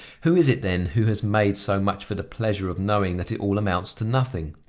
who is it then who has made so much for the pleasure of knowing that it all amounts to nothing!